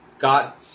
got